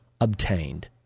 obtained